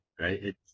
right